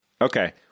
Okay